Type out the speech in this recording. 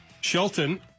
Shelton